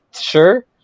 sure